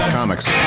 Comics